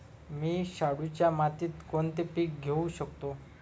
मी शाडूच्या मातीत कोणते पीक घेवू शकतो?